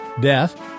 Death